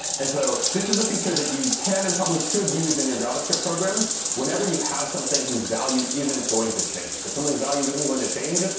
and so this is a feature that you can and probably should use in your javascript programs whenever you have something whose value isn't going to change. if something's value isn't going to change,